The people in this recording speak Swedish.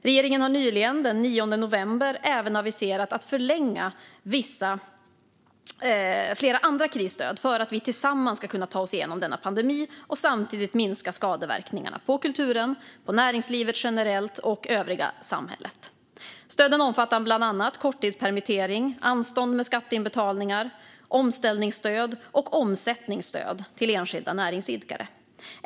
Regeringen har nyligen, den 9 november, även aviserat att förlänga flera andra krisstöd för att vi tillsammans ska kunna ta oss genom denna pandemi och samtidigt minska skadeverkningarna på kulturen, näringslivet generellt och övriga samhället. Stöden omfattar bland annat korttidspermittering, anstånd med skatteinbetalningar, omställningsstöd och omsättningsstöd till enskilda näringsidkare.